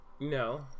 No